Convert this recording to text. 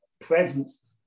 presence